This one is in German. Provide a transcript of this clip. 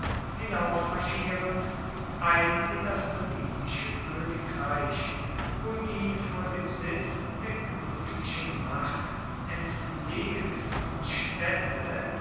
hinaufmarschierend ein in das numidische königreich wo die vor dem sitz der königlichen macht entlegensten städte